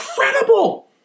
incredible